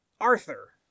Arthur